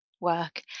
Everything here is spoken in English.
work